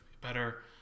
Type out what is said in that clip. better